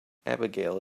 abigail